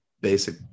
basic